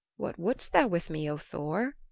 what wouldst thou with me, o thor?